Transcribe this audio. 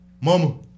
Mama